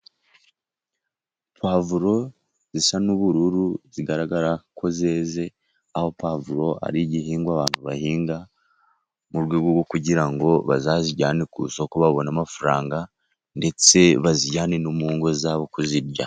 Pavuro zisa n'ubururu zigaragara ko zeze, aho pavuro ari igihingwa bahinga mu rwego kugira ngo, bazazijyane ku isoko babone amafaranga, ndetse bazijyane no mu ngo zabo kuzirya.